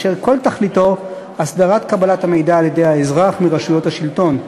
אשר כל תכליתו הסדרת קבלת המידע על-ידי האזרח מרשויות השלטון,